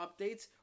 updates